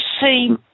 see